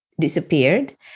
disappeared